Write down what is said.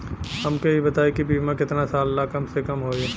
हमके ई बताई कि बीमा केतना साल ला कम से कम होई?